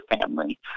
family